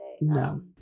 No